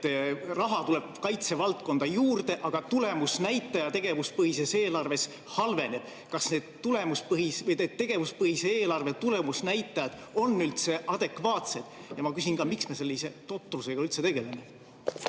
Raha tuleb kaitsevaldkonda juurde, aga tulemusnäitaja tegevuspõhises eelarves halveneb. Kas need tegevuspõhise eelarve tulemusnäitajad on üldse adekvaatsed? Ja ma küsin ka, et miks me sellise totrusega üldse tegeleme.